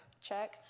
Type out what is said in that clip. check